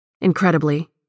Incredibly